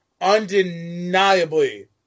undeniably